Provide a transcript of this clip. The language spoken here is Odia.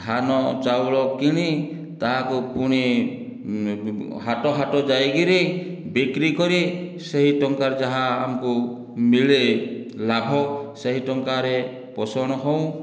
ଧାନ ଚାଉଳ କିଣି ତାହାକୁ ପୁଣି ହାଟ ହାଟ ଯାଇକିରି ବିକ୍ରି କରି ସେହି ଟଙ୍କାରୁ ଯାହା ଆମକୁ ମିଳେ ଲାଭ ସେହି ଟଙ୍କାରେ ପୋଷଣ ହେଉଁ